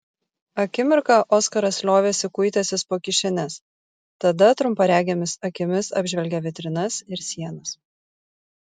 akimirką oskaras liovėsi kuitęsis po kišenes tada trumparegėmis akimis apžvelgė vitrinas ir sienas